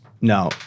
No